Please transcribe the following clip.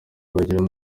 bagira